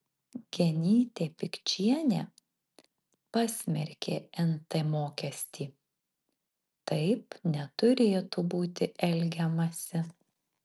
genytė pikčienė pasmerkė nt mokestį taip neturėtų būti elgiamasi